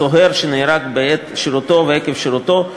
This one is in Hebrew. צוער שנהרג בעת שירותו ועקב שירותו,